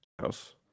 house